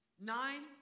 nine